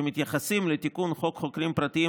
שמתייחסים לתיקון חוק חוקרים פרטיים